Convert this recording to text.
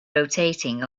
rotating